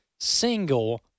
Single